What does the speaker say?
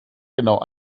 genau